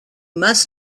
must